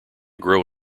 grow